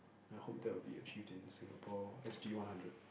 I hope that will be achieved in Singapore S_G one hundred